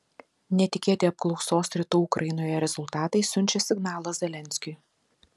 netikėti apklausos rytų ukrainoje rezultatai siunčia signalą zelenskiui